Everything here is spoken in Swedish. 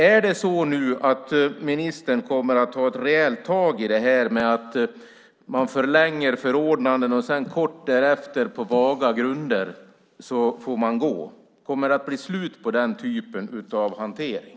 Är det så nu att ministern kommer att ta ett rejält tag i det här med att man får förlängt förordnande och sedan kort därefter på vaga grunder får gå? Kommer det att bli slut på den typen av hantering?